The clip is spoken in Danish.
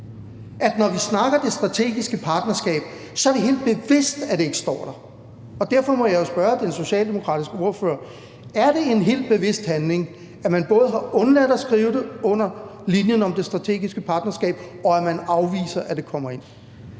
at når vi snakker det strategiske partnerskab, så er det helt bevidst, at det ikke står der. Og derfor må jeg jo spørge den socialdemokratiske ordfører: Er det en helt bevidst handling, at man både har undladt at skrive det i linjen om det strategiske partnerskab, og at man afviser, at det kan